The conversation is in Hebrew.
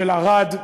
של ערד,